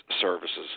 services